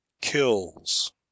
kills